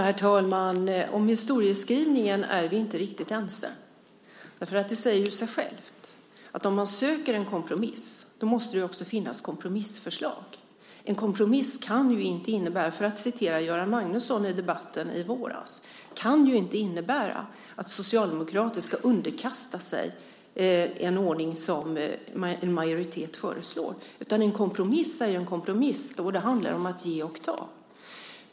Herr talman! Om historieskrivningen är vi inte riktigt ense. Det säger sig självt att om man söker en kompromiss måste det också finnas kompromissförslag. En kompromiss kan inte innebära - för att återge vad Göran Magnusson sade i debatten i våras - att socialdemokrater ska underkasta sig en ordning som en majoritet föreslår, utan en kompromiss är en kompromiss - det handlar om att ge och ta.